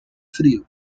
frío